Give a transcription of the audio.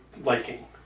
liking